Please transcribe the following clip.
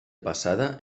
passada